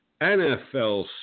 NFL